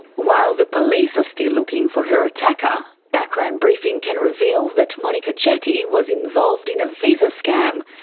while the police are still looking for her attacker, background briefing can reveal that monika chetty was involved in a visa scam,